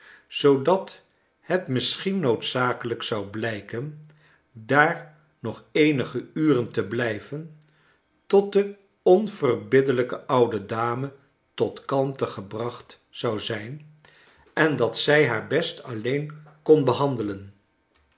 zoodat het misschien noodzakelijk zou blijken daar nog eenige uren te blijven tot de onver'blddelijke oude dame tot kalmte gebracht zon zijn en dat zij haar best alleen kon behandelen